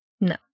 No